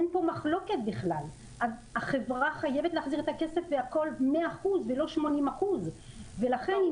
אין פה מחלוקת בכלל שהחברה חייבת להחזיר את הכסף ב-100% ולא 80%. ולכן,